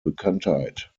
bekanntheit